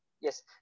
Yes